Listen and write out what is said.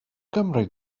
gymri